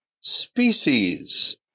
species